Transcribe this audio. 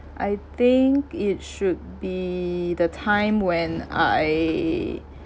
I think it should be the time when I